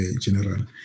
General